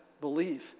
believe